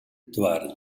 doarren